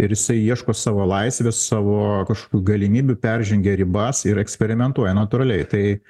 ir jisai ieško savo laisvės savo kažkokių galimybių peržengia ribas ir eksperimentuoja natūraliai tai